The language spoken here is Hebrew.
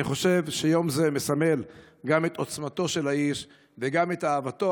אני חושב שיום זה מסמל גם את עוצמתו של האיש וגם את אהבתו